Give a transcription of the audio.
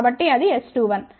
కాబట్టి అది S21